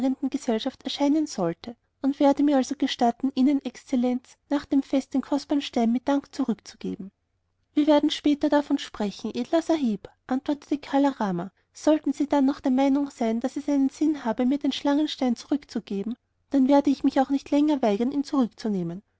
gesellschaft erscheinen sollte und werde mir also gestatten ihnen exzellenz nach dem fest den kostbaren stein mit dank zurückzugeben wir werden später davon sprechen edler sahib antwortete kala rama sollten sie dann noch der meinung sein daß es einen sinn habe mir den schlangenstein zurückzugeben dann werde ich mich auch nicht länger weigern ihn zurückzunehmen